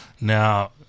Now